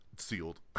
sealed